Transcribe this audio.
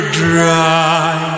dry